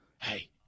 hey